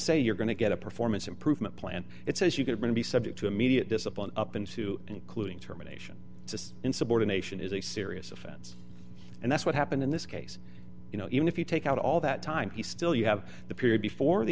say you're going to get a performance improvement plan it says you can be subject to immediate discipline up into including termination insubordination is a serious offense and that's what happened in this case you know even if you take out all that time he still you have the period before the